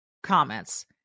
Comments